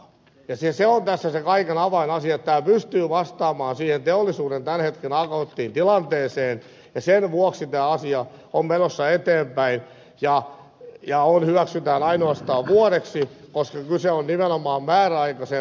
se on tässä se kaiken avainasia että tämä pystyy vastaamaan teollisuuden tämän hetken akuuttiin tilanteeseen ja sen vuoksi tämä asia on menossa eteenpäin ja se hyväksytään ainoastaan vuodeksi koska kyse on nimenomaan määräaikaiseen poikkeukselliseen tilanteeseen vastaamisesta